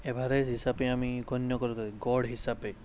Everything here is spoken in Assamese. এভাৰেজ হিচাপে আমি গণ্য কৰি লৈ গড় হিচাপে